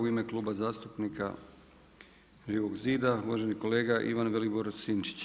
U ime Kluba zastupnika Živog zida, uvaženi kolega Ivan Vilibor-Sinčić.